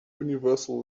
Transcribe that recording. universal